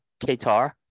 Qatar